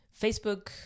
Facebook